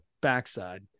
backside